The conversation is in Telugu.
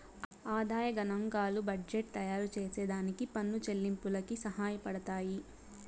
ఆదాయ గనాంకాలు బడ్జెట్టు తయారుచేసే దానికి పన్ను చెల్లింపులకి సహాయపడతయ్యి